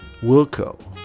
Wilco